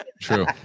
True